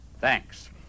Thanks